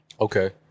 Okay